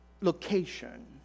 location